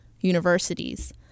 universities